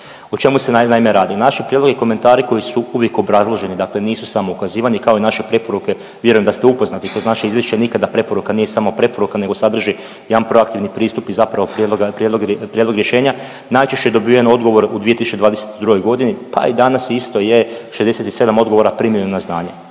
O čemu se naime radi. Naši prijedlozi i komentari koji su uvijek obrazloženi, dakle nisu samo ukazivanje kao i naše preporuke vjerujem da ste upoznati. Kroz naše izvješće nikada preporuka nije samo preporuka nego sadrži jedan proaktivni pristup i zapravo prijedlog rješenja. Najčešće dobiven odgovor u 2022. godini, a i danas isto je 67 odgovora primljeno na znanje.